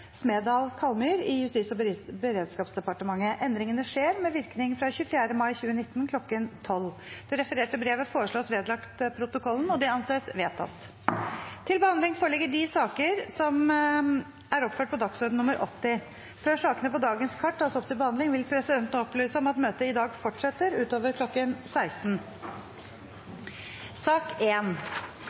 Smedal Kallmyr i Justis- og beredskapsdepartementet. Endringene skjer med virkning fra 24. mai 2019 kl. 12.00.» Presidenten foreslår at det refererte brevet vedlegges protokollen. – Det anses vedtatt. Før sakene på dagens kart tas opp til behandling, vil presidenten opplyse om at møtet i dag fortsetter utover kl. 16.